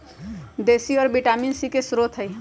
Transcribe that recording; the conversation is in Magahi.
देशी औरा विटामिन सी के स्रोत हई